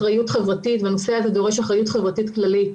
אחריות חברתית והנושא הזה דורש אחריות חברתית כללית.